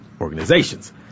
organizations